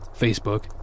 Facebook